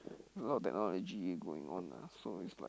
a lot of technology going on lah so it's like